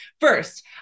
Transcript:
first